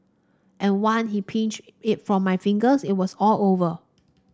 and one he'd pinched it from my fingers it was all over